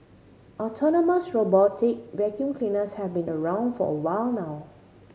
autonomous robotic vacuum cleaners have been around for a while now